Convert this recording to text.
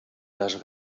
les